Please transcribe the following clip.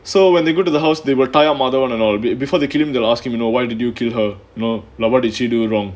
so when they go to the house they tie madhavan and all a bit before they kill him they're asking you know why did you kill her no lah what did she do wrong